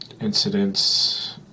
incidents